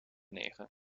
negen